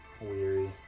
weary